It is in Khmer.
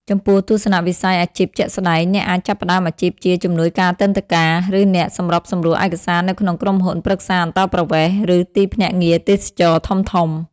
ចំពោះ ទស្សនវិស័យអាជីពជាក់ស្តែង អ្នកអាចចាប់ផ្តើមអាជីពជា ជំនួយការទិដ្ឋាការ ឬអ្នកសម្របសម្រួលឯកសារនៅក្នុងក្រុមហ៊ុនប្រឹក្សាអន្តោប្រវេសន៍ ឬទីភ្នាក់ងារទេសចរណ៍ធំៗ។